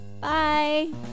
Bye